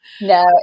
No